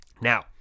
Now